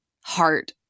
heart